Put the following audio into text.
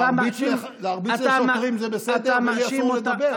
להרביץ לשוטרים זה בסדר ולי אסור לדבר?